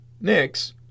Next